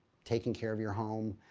taking care of your home.